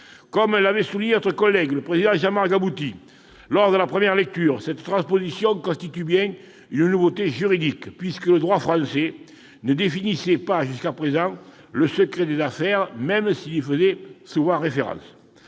Comme l'avait souligné notre collègue Jean-Marc Gabouty lors de la première lecture, cette transposition constitue bien une nouveauté juridique, puisque le droit français ne définissait pas jusqu'à présent le secret des affaires, même s'il y faisait souvent référence.